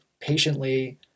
patiently